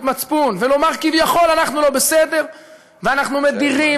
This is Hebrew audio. מצפון ולומר כביכול שאנחנו לא בסדר ואנחנו מדירים,